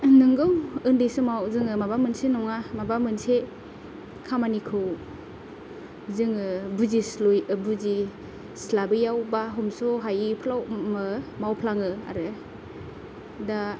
नोंगौ उन्दै जोङो माबा मोनसे नङा माबा मोनसे खामानिखौ जोङो बुजिस्लु बुजिस्लाबैयाव बा हमस'हायैफ्राव मावफ्लाङो आरो दा